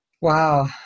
Wow